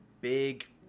big